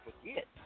forget